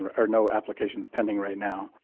or no applications pending right now.